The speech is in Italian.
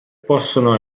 possono